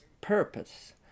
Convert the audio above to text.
purpose